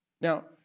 Now